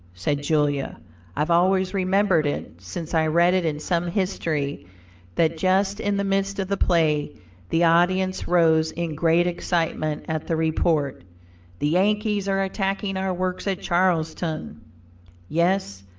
said julia i've always remembered it since i read it in some history that just in the midst of the play the audience rose in great excitement at the report the yankees are attacking our works at charlestown yes,